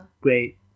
great